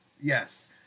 yes